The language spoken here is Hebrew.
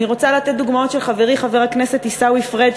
אני רוצה לתת דוגמאות של חברי חבר הכנסת עיסאווי פריג',